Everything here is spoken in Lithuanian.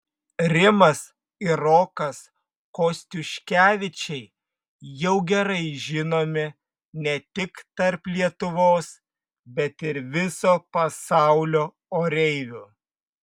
rimas ir rokas kostiuškevičiai jau gerai žinomi ne tik tarp lietuvos bet ir viso pasaulio oreivių